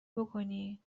بکنی